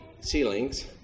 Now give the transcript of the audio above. ceilings